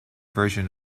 version